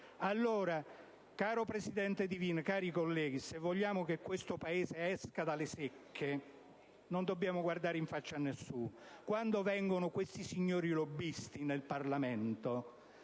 noi. Caro presidente Divina, cari colleghi, se vogliamo che questo Paese esca dalle secche non dobbiamo guardare in faccia nessuno. Quando questi signori lobbisti si presentano